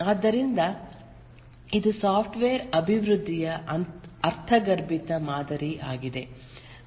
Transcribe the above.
ಆದ್ದರಿಂದ ಇದು ಸಾಫ್ಟ್ವೇರ್ ಅಭಿವೃದ್ಧಿಯ ಅರ್ಥಗರ್ಭಿತ ಮಾದರಿ ಆಗಿದೆ